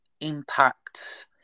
impacts